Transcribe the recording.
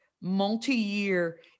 multi-year